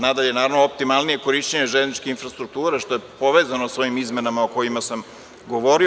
Nadalje, naravno, optimalnije korišćenje železničke infrastrukture, što je povezano sa ovim izmenama o kojima sam govorio.